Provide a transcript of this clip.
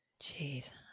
Jeez